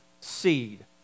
seed